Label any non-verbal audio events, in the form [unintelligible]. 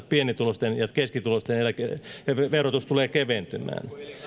[unintelligible] pienituloisten ja keskituloisten eläkeläisten palkansaajien ja yrittäjien verotus tulee keventymään